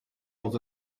was